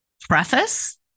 Preface